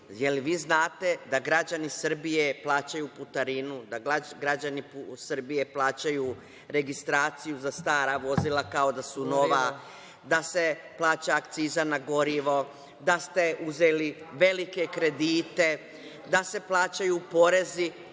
vi znate da građani Srbije plaćaju putarinu, da građani Srbije plaćaju registraciju za stara vozila kao da su nova, da se plaća akciza na gorivo, da ste uzeli velike kredite, da se plaćaju porezi